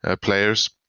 players